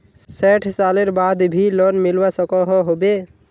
सैट सालेर बाद भी लोन मिलवा सकोहो होबे?